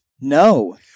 No